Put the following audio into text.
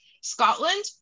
Scotland